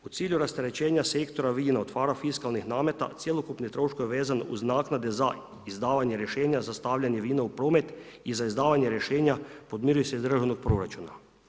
U cilju rasterećenja sektora vina od parafiskalnih nameta cjelokupni troškovi vezan uz naknade za izdavanje rješenja za stavljanje vina u promet i za izdavanje rješenja podmiruju se iz državnog proračuna.